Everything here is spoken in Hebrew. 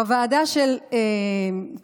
בוועדה של קרעי,